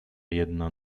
jedna